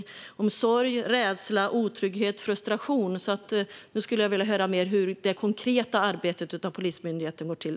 Det handlar om sorg, rädsla, otrygghet och frustration, och jag skulle därför vilja höra mer om hur Polismyndighetens konkreta arbete går till.